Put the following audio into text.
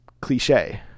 cliche